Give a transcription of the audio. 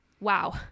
Wow